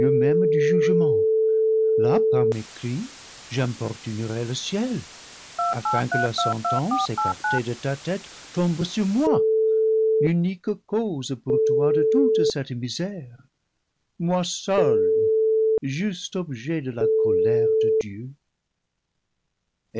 même du jugement là par mes cris j'importunerai le ciel afin que la sentence écartée de ta tête tombe sur moi l'unique cause pour toi de toute cette misère moi seule juste objet de la colère de dieu